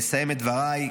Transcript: אסיים את דבריי,